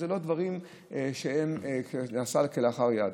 אלה לא דברים שנעשים כלאחר יד.